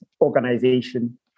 organization